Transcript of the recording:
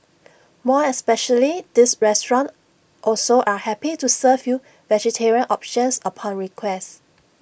more especially this restaurant also are happy to serve you vegetarian options upon request